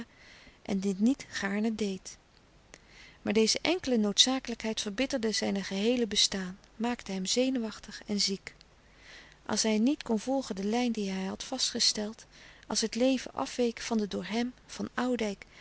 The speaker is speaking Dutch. en dit niet gaarne deed maar deze enkele noodzakelijkheid verbitterde louis couperus de stille kracht zijn geheele bestaan maakte hem zenuwachtig en ziek als hij niet kon volgen de lijn die hij had vastgesteld als het leven afweek van de door hem van oudijck